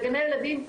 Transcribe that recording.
לגני ילדים.